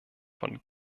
von